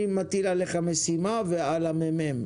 אני מטיל עליך ועל הממ"מ משימה.